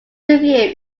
review